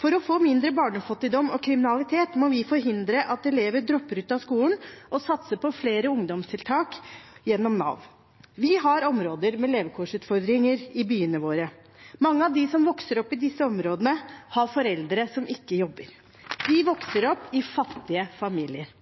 For å få mindre barnefattigdom og kriminalitet må vi forhindre at elever dropper ut av skolen, og satse på flere ungdomstiltak gjennom Nav. Vi har områder med levekårsutfordringer i byene våre. Mange av dem som vokser opp i disse områdene, har foreldre som ikke jobber. De vokser opp i fattige familier.